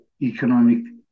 economic